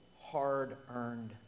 hard-earned